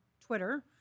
Twitter